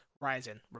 rising